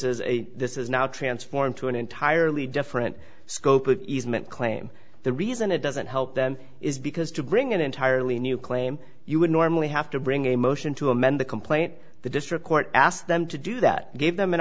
is a this is now transformed to an entirely different scope of easement claim the reason it doesn't help them is because to bring an entirely new claim you would normally have to bring a motion to amend the complaint the district court asked them to do that gave them an